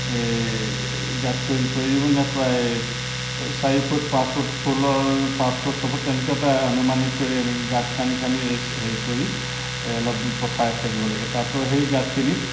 এই গাঁত কৰি কৰি মানে প্ৰায় চাৰিফুট পাঁচফুট ফুলৰ পাঁচফুট ছফুট তেনেকৈ এটা আনুমানিক কৰি এনেকৈ গাঁত খন্দি খান্দি হেৰি কৰি অলপদিন পচাই থাকিব লাগে তাতো সেই গাঁতখিনিত